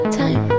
time